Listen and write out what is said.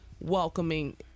welcoming